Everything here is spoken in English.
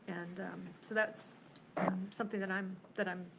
and um so that's something that i'm that i'm